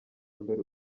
mbere